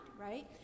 right